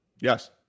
Yes